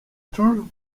tous